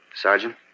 Sergeant